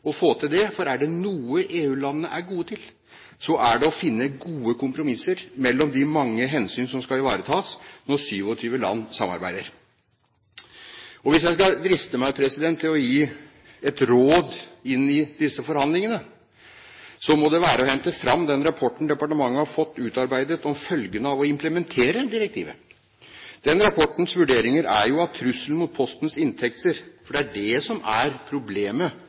å få til det, for er det noe EU-landene er gode til, så er det å finne gode kompromisser mellom de mange hensyn som skal ivaretas når 27 land samarbeider. Hvis jeg skal driste meg til å gi et råd inn i disse forhandlingene, så må det være å hente fram den rapporten departementet har fått utarbeidet om følgene av å implementere direktivet. Den rapportens vurderinger er jo at trusselen mot Postens inntekter – for det er det som er problemet